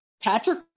Patrick